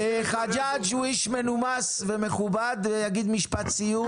חג'ג' הוא איש מכובד ומנומס והוא יגיד משפט סיום.